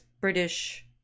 British